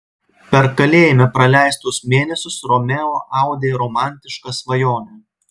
per kalėjime praleistus mėnesius romeo audė romantišką svajonę